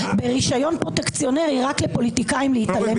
ברישיון פרוטקציונרי רק לפוליטיקאים להתעלם מן החוק.